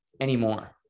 anymore